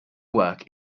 work